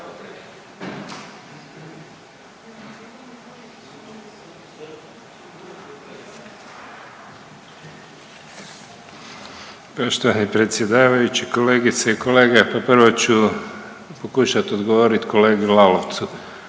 Poštovani predsjedavajući, kolegice i kolege pa prvo ću pokušati odgovoriti kolegi Lalovcu.